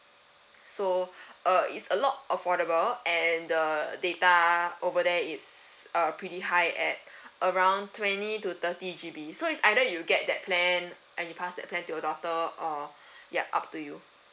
so uh it's a lot affordable and the data over there it's a pretty high at around twenty to thirty G_B so it's either you get that plan and you pass that plan to your daughter or yup up to you